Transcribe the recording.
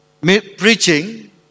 preaching